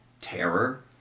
terror